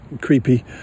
creepy